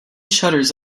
shutters